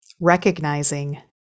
recognizing